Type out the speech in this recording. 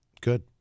Good